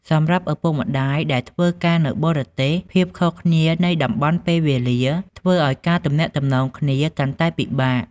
សម្រាប់ឪពុកម្ដាយដែលធ្វើការនៅបរទេស ភាពខុសគ្នានៃតំបន់ពេលវេលា ធ្វើឱ្យការទំនាក់ទំនងគ្នាកាន់តែពិបាក។